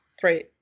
three